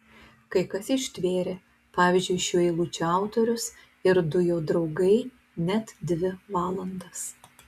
kai kas ištvėrė pavyzdžiui šių eilučių autorius ir du jo draugai net dvi valandas